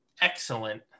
Excellent